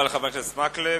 תודה רבה לחבר הכנסת מקלב.